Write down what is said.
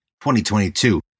2022